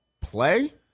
Play